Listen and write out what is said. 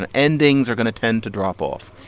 and endings are going to tend to drop off.